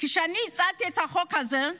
כשאני הצעתי את החוק הזה,